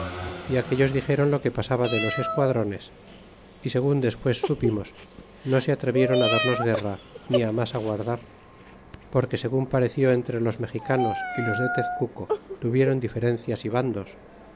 y aquellos dixéron lo que pasaba de los esquadrones y segun despues supimos no se atrevieron darnos guerra ni mas aguardar porque segun pareció entre los mexicanos y los de tezcuco tuvieron diferencias y bandos